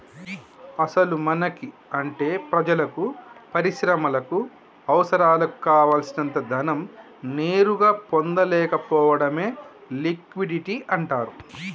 అసలు మనకి అంటే ప్రజలకు పరిశ్రమలకు అవసరాలకు కావాల్సినంత ధనం నేరుగా పొందలేకపోవడమే లిక్విడిటీ అంటారు